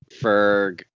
Ferg